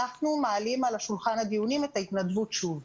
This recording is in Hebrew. אנחנו מעלים על השולחן שוב את נושא ההתנדבות.